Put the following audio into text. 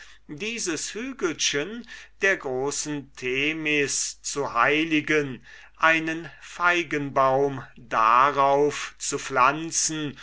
dieses hügelchen der großen themis zu heiligen einen feigenbaum darauf zu pflanzen